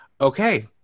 okay